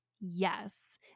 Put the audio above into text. yes